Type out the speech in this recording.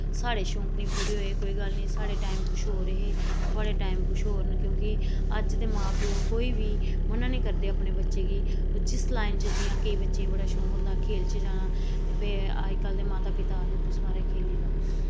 साढ़े शौक निं पूरे होये कोई गल्ल निं साढ़े टैम कुछ होर हे थुआढ़े टैम कुछ होर न क्युंकि अज दे मां प्यो कोई बी मना निं करदे अपने बच्चे गी जिस लाईन च जियां बच्चे गी खेल च जाना ते अजकल्ल दे माता पिता आक्खदे की म्हाराज तुस खेली लाओ